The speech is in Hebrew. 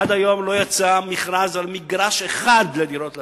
עד היום לא יצא מכרז על מגרש אחד לדירות להשכרה,